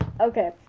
Okay